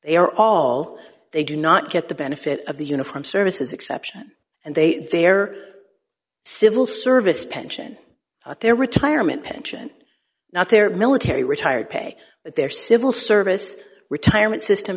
they are all they do not get the benefit of the uniform services exception and they their civil service pension their retirement pension not their military retired pay their civil service retirement system